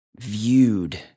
viewed